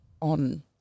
on